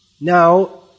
Now